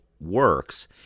works